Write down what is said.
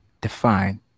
define